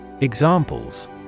Examples